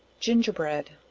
gingerbread.